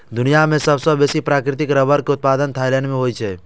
दुनिया मे सबसं बेसी प्राकृतिक रबड़ के उत्पादन थाईलैंड मे होइ छै